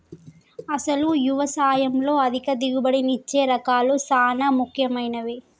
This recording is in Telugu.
అసలు యవసాయంలో అధిక దిగుబడినిచ్చే రకాలు సాన ముఖ్యమైనవి